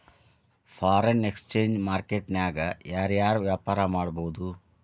Foreign exchange market ನ್ಯಾಗ ಯಾರ್ ಯಾರ್ ವ್ಯಾಪಾರಾ ಮಾಡ್ಬೊದು?